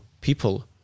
people